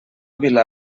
vila